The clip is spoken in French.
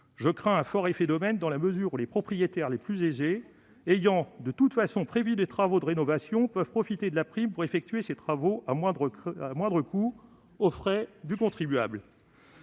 je crains un fort effet d'aubaine : les propriétaires les plus aisés, ayant de toute façon prévu des chantiers de rénovation, pourront profiter de la prime pour effectuer ces travaux à moindre coût aux frais du contribuable.